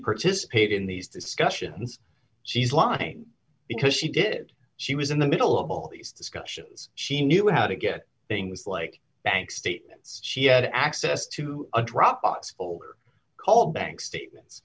participate in these discussions she's lying because she did she was in the middle of all these discussions she knew how to get things like bank statements she had access to a dropbox folder called bank statements